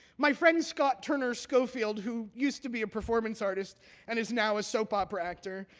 my friend scott turner schofield who used to be a performance artist and is now a soap opera actor,